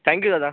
thank you Dada